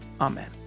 amen